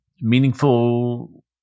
meaningful